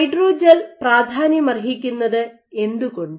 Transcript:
hydrogel പ്രധാന്യമർഹിക്കുന്നത് എന്തുകൊണ്ട്